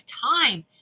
time